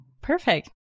Perfect